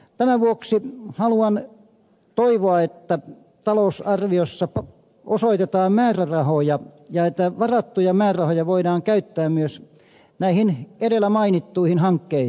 tämän vuoksi haluan toivoa että talousarviossa osoitetaan määrärahoja ja että varattuja määrärahoja voidaan käyttää myös näihin edellä mainittuihin hankkeisiin